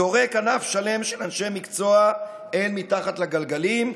זורק ענף שלם של אנשי מקצוע אל מתחת לגלגלים,